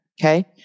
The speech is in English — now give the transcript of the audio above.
Okay